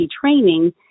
training